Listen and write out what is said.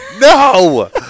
no